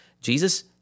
Jesus